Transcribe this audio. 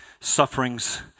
sufferings